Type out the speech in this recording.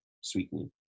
sweetening